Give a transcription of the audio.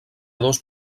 dos